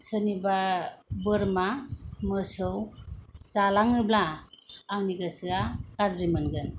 सोरनिबा बोरमा मोसौ जालाङोब्ला आंनि गोसोया गाज्रि मोनगोन